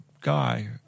guy